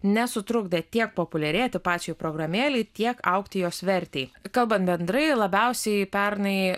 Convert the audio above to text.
nesutrukdė tiek populiarėti pačiai programėlei tiek augti jos vertei kalbant bendrai labiausiai pernai